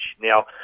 Now